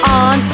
on